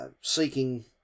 seeking